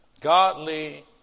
Godly